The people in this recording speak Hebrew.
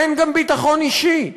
אין גם ביטחון אישי.